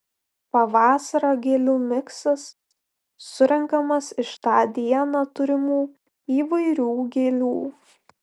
pavasario gėlių miksas surenkamas iš tą dieną turimų įvairių gėlių